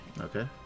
Okay